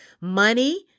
money